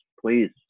please